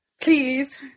Please